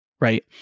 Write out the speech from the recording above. Right